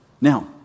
Now